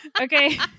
Okay